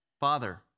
Father